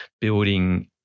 building